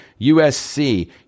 USC